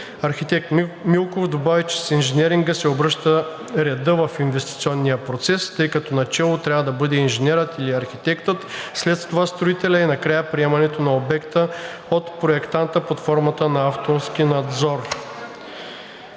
Архитект Милков добави, че с инженеринга се обръща реда в инвестиционния процес, тъй като начело трябва да бъде инженерът или архитектът, след това строителят и накрая приемането на обекта от проектанта под формата на авторски надзор.